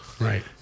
Right